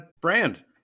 Brand